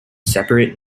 separate